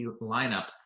lineup